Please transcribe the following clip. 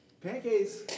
pancakes